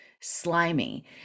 slimy